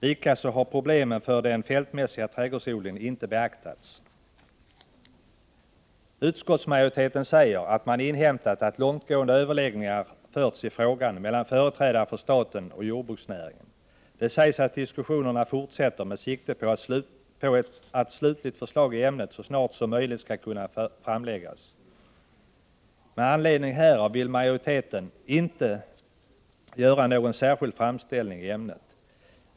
Likaså har problemen för den fältmässiga trädgårdsodlingen inte beaktats. Utskottsmajoriteten framhåller att man har inhämtat att långtgående överläggningar har förts i frågan mellan företrädare för staten och jordbruksnäringen. Det sägs att diskussionerna fortsätter med sikte på att slutligt förslag i ämnet så snart som möjligt skall kunna framläggas. Med anledning härav vill majoriteten inte göra någon särskild framställning i ämnet.